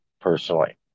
personally